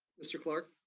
mr. clark.